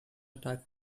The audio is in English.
attack